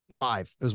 five